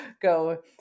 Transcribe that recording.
go